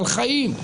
על חיים.